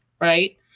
right